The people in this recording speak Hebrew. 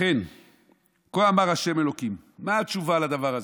לכן כה אמר ה' אלוקים" מה התשובה לדבר הזה?